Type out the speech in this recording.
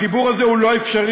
החיבור הזה הוא לא אפשרי,